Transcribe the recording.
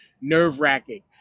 nerve-wracking